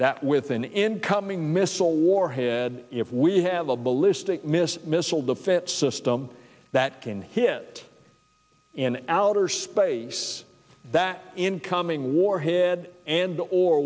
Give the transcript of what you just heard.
that with an incoming missile warhead if we have a ballistic missile missile defense system that can hit an outer space that incoming warhead and or